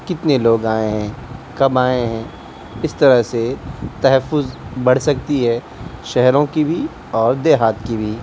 کتنے لوگ آئے ہیں کب آئے ہیں اس طرح سے تحفظ بڑھ سکتی ہے شہروں کی بھی اور دیہات کی بھی